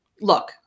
Look